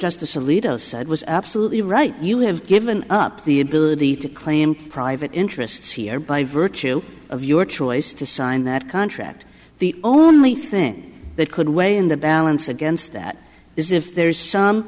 justice alito said was absolutely right you have given up the ability to claim private interests here by virtue of your choice to sign that contract the only thing that could weigh in the balance against that is if there is some